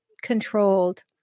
controlled